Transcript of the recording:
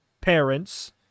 parents